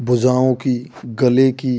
भुजाओं की गले की